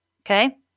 okay